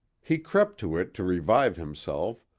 he crept to it to revive himself,